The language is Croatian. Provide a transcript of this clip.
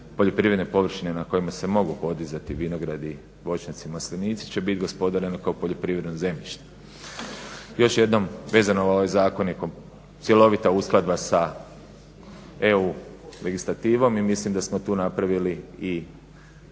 poljoprivredne površine na kojima se mogu podizati vinogradi, voćnjaci i maslinici će biti gospodareno kao poljoprivredno zemljište. Još jednom vezano ovim zakonikom cjelovita uskladba sa EU legislativom i mislim da smo tu napravili i